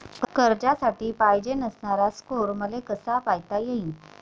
कर्जासाठी पायजेन असणारा स्कोर मले कसा पायता येईन?